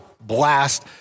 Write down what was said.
blast